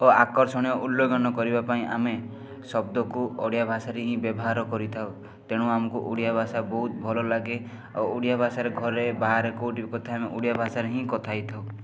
ଓ ଆକର୍ଷଣୀୟ ଉଲ୍ଲଙ୍ଘନ କରିବାପାଇଁ ଆମେ ଶବ୍ଦକୁ ଓଡ଼ିଆ ଭାଷାରେ ହିଁ ବ୍ୟବହାର କରିଥାଉ ତେଣୁ ଆମକୁ ଓଡ଼ିଆ ଭାଷା ବହୁତ ଭଲଲାଗେ ଆଉ ଓଡ଼ିଆଭାଷାରେ ଘରେ ବାହାରେ କେଉଁଠି ବି କଥା ହେଇ ଆମେ ଓଡ଼ିଆ ଭାଷାରେ ହିଁ କଥା ହେଇଥାଉ